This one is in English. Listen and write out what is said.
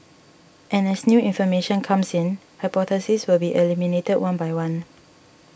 and as new information comes in hypotheses will be eliminated one by one